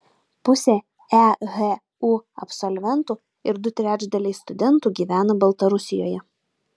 pusė ehu absolventų ir du trečdaliai studentų gyvena baltarusijoje